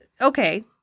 okay